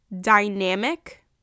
dynamic